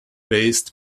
based